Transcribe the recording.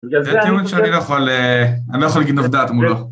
זה טיול שאני לא יכול להגיד נוף דעת מולו.